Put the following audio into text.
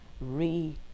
re